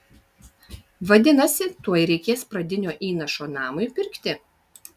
vadinasi tuoj reikės pradinio įnašo namui pirkti